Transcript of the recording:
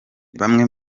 bamwe